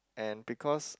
and because